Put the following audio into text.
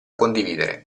condividere